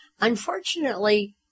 Unfortunately